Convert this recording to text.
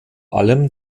allem